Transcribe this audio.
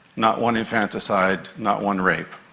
not one infanticide, not one rape.